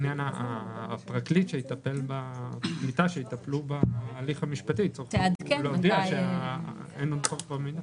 הפרקליט שיטפל בהליך המשפטי יצטרך להודיע שאין יותר צורך במידע.